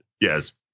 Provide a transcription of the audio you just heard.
Yes